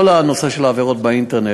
כל הנושא של העבירות באינטרנט,